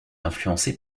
influencée